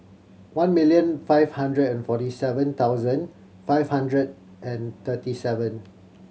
one million five hundred and forty seven thousand five hundred and thirty seven